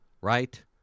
right